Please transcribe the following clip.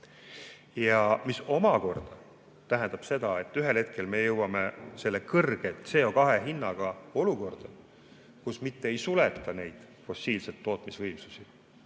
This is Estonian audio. see omakorda tähendab seda, et ühel hetkel me jõuame selle kõrge CO2hinnaga olukorda, kus mitte ei suleta fossiilse tootmise võimsusi,